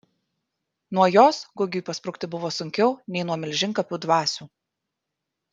nuo jos gugiui pasprukti buvo sunkiau nei nuo milžinkapių dvasių